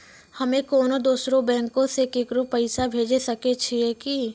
हम्मे कोनो दोसरो बैंको से केकरो पैसा भेजै सकै छियै कि?